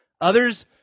others